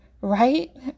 Right